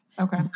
Okay